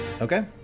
Okay